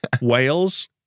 Wales